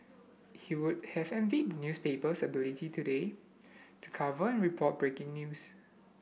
he would have envied the newspaper's ability today to cover and report breaking news